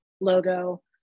logo